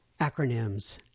Acronyms